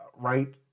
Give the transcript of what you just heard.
right